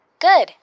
Good